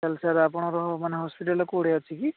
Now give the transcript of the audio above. ତା'ହେଲେ ସାର୍ ଆପଣଙ୍କର ମାନେ ହସ୍ପିଟାଲ୍ଟା କେଉଁଠି ଅଛି କି